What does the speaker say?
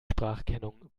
spracherkennung